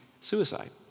suicide